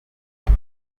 ati